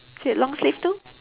is it long sleeve too